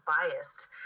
biased